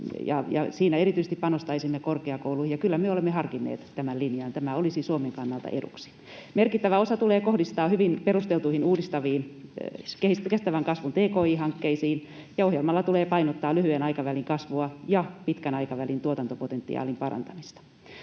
siinä erityisesti panostaisimme korkeakouluihin. Ja kyllä me olemme harkinneet tämän linjan, tämä olisi Suomen kannalta eduksi. Merkittävä osa tulee kohdistaa hyvin perusteltuihin uudistaviin kestävän kasvun tki-hankkeisiin, ja ohjelmalla tulee painottaa lyhyen aikavälin kasvua ja pitkän aikavälin tuotantopotentiaalin parantamista.